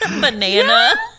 banana